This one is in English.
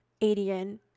Adian